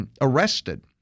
arrested